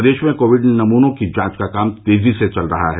प्रदेश में कोविड नमनों की जांच का काम तेजी से चल रहा है